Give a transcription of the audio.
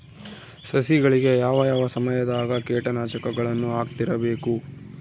ಸಸಿಗಳಿಗೆ ಯಾವ ಯಾವ ಸಮಯದಾಗ ಕೇಟನಾಶಕಗಳನ್ನು ಹಾಕ್ತಿರಬೇಕು?